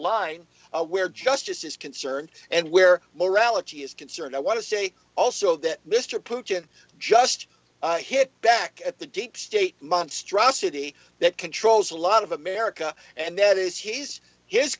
line where justice is concerned and where morality is concerned i want to say also that mr putin just hit back at the deep state monstrosity that controls a lot of america and that is he's his